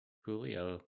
Julio